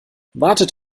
wartet